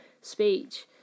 speech